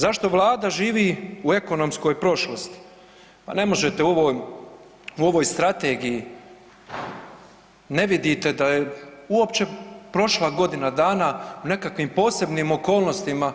Zašto Vlada živi u ekonomskoj prošlosti, pa ne možete u ovoj strategiji, ne vidite da je uopće prošla godina dana u nekakvim posebnim okolnostima